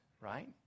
right